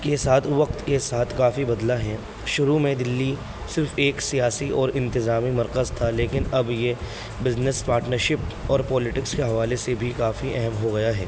کے ساتھ وقت کے ساتھ کافی بدلا ہے شروع میں دلی صرف ایک سیاسی اور انتظامی مرکز تھا لیکن اب یہ بزنس پارٹنرشپ اور پولیٹکس کے حوالے سے بھی کافی اہم ہو گیا ہے